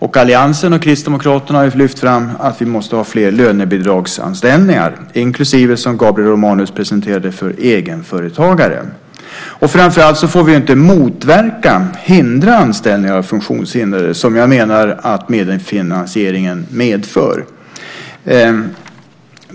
Och alliansen och Kristdemokraterna har lyft fram att vi måste ha fler lönebidragsanställningar, inklusive, som Gabriel Romanus presenterade, för egenföretagare. Framför allt får vi inte motverka, hindra, anställningar av funktionshindrade som jag menar att medfinansieringen medför.